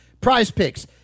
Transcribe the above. Prizepicks